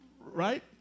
Right